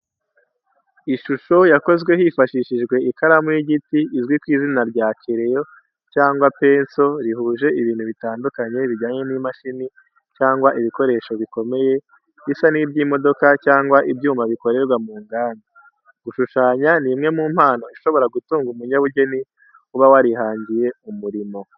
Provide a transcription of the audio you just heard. Ishusho yakozwe hifashishijwe ikaramu y’igiti izwi ku izina rya kereyo cyangwa penso rihuje ibintu bitandukanye bijyanye n’imashini cyangwa ibikoresho bikomeye, bisa n’iby’imodoka cyangwa ibyuma bikorerwa mu nganda. Gushushanya ni imwe mu mpano ishobora gutunga umunyabugeni uba warihangiye umurimo.